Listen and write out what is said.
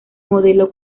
modelo